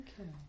Okay